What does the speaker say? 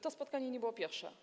To spotkanie nie było pierwsze.